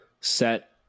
set